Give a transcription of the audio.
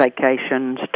vacations